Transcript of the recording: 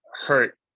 hurt